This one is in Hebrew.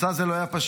מסע זה לא היה פשוט,